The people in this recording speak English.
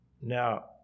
Now